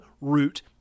root